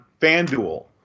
FanDuel